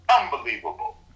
Unbelievable